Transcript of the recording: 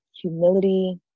humility